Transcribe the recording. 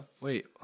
Wait